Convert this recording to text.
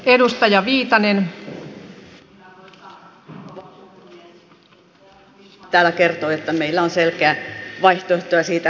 edustaja lindtman täällä kertoi että meillä on selkeitä vaihtoehtoja siitä